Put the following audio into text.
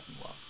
Love